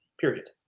period